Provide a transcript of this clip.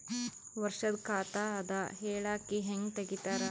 ವರ್ಷದ ಖಾತ ಅದ ಹೇಳಿಕಿ ಹೆಂಗ ತೆಗಿತಾರ?